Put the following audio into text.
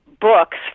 books